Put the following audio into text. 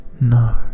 No